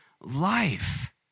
life